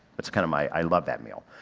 that's kind of my, i love that meal.